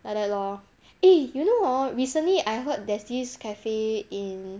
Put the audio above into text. like that lor eh you know hor recently I heard there's this cafe in